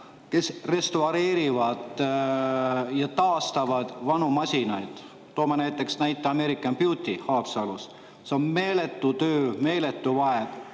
kes restaureerivad ja taastavad vanu masinaid. Toome näitena American Beauty Haapsalus. See on meeletu töö ja meeletu vaev.